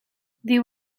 they